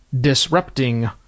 disrupting